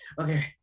okay